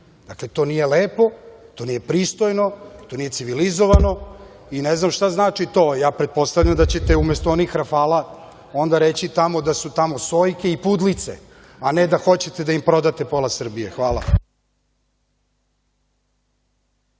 Dakle, to nije lepo, to nije pristojno, to nije civilizovano i ne znam šta znači to. Pretpostavljam da ćete umesto onih rafala onda reći tamo da su tamo sojke i pudlice, a ne da hoćete da im prodate pola Srbije. Hvala.